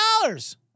dollars